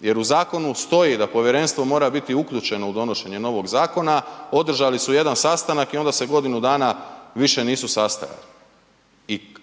jer u zakonu stoji da povjerenstvo mora biti uključeno u donošenje novog zakona. Održali su jedan sastanak i onda se godinu dana više nisu sastajali.